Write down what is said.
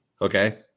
okay